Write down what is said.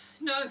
No